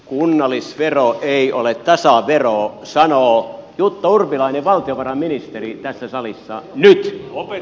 kunnallisvero ei ole tasavero sanoo jutta urpilainen valtiovarainministeri tässä salissa nyt